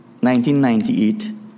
1998